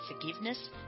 forgiveness